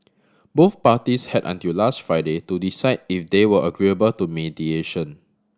both parties had until last Friday to decide if they were agreeable to mediation